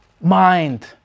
mind